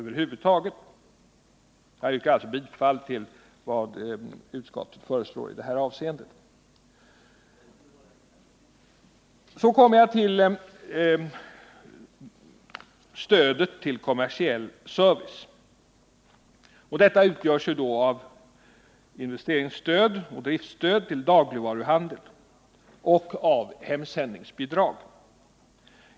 Jag yrkar därför bifall till vad utskottet föreslår i detta avseende. Jag kommer så till stödet till kommersiell service. Detta utgörs av investeringsstöd, av driftstöd till dagligvaruhandel och av hemsändningsbidrag.